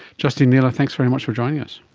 justine naylor, thanks very much for joining us.